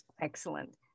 Excellent